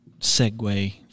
segue